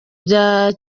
bya